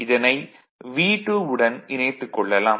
இதனை V2 வுடன் இணைத்துக் கொள்ளலாம்